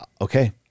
okay